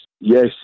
Yes